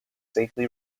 safely